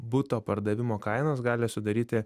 buto pardavimo kainos gali sudaryti